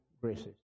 graces